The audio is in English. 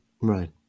Right